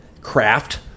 Craft